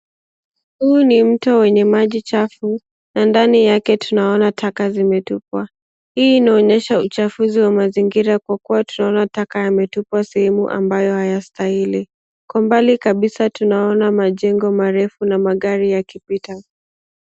Huu ni mto wenye maji chafu na nadi yake tunaona taka zimetupwa hii inaonyesha uchafuzi wa mazingira kwa kuwa tunaona taka yametupwa sehemu ambayo hayastahili kwa umbali kabisa tunaona majengo marefu na magari yakipita.